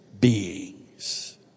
beings